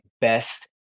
best